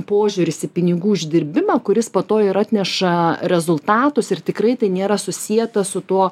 požiūris į pinigų uždirbimą kuris po to ir atneša rezultatus ir tikrai tai nėra susieta su tuo